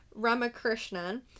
Ramakrishnan